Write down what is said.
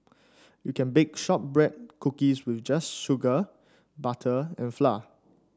you can bake shortbread cookies with just sugar butter and flour